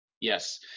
yes